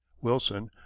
wilson